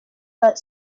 but